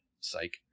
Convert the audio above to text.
psych